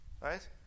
Right